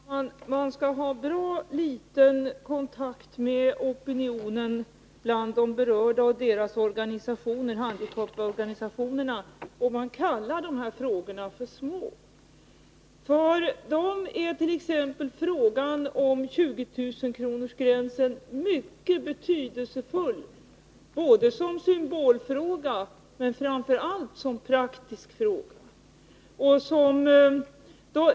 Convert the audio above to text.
Herr talman! Man skall ha bra liten kontakt med opinionen bland de berörda och deras organisationer om man kallar dessa frågor för små. För dem är t.ex. frågan om 20 000-kronorsgränsen mycket betydelsefull både som symbol och framför allt som praktisk fråga.